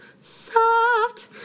soft